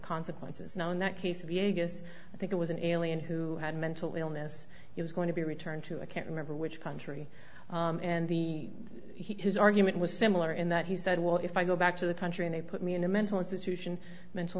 consequences now in that case vegas i think it was an alien who had mental illness he was going to be returned to i can't remember which country and the his argument was similar in that he said well if i go back to the country and they put me in a mental institution mental